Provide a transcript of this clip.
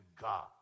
God